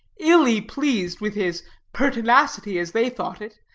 illy pleased with his pertinacity, as they thought it,